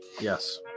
Yes